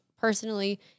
personally